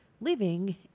living